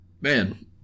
Man